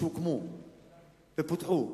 שהוקמו ופותחו